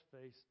face